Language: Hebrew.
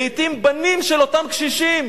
לעתים בנים של אותם קשישים,